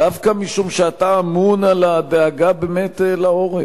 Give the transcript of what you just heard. דווקא משום שאתה אמון על הדאגה לעורף,